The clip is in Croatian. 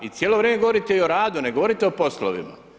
I cijelo vrijeme govorite i o radu, ne govorite i o poslovima.